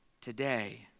today